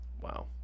Wow